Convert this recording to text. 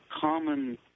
common